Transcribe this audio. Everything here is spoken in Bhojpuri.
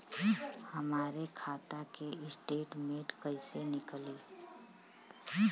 हमरे खाता के स्टेटमेंट कइसे निकली?